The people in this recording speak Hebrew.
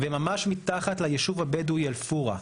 וממש מתחת ליישוב הבדואי אל-פורעה,